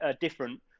different